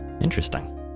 interesting